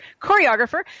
choreographer